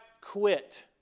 quit